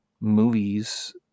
movies